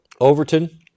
overton